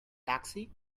taxi